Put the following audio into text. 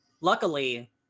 luckily